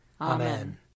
Amen